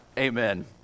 Amen